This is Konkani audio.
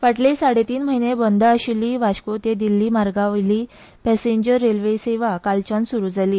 फाटले साडे तीन म्हयने बंद आशिल्ली वास्को ते दिल्ली मार्गा वयली पासिंजेर रेल्वे आयच्यान स्रु जाली